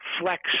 flex